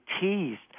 teased